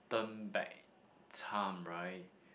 turn back time right